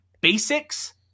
basics